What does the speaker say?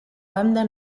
banda